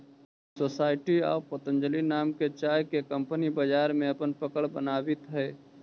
society आउ पतंजलि नाम के चाय के कंपनी बाजार में अपन पकड़ बनावित हइ